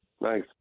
nice